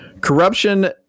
corruption